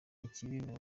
ikibi